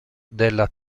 della